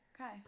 Okay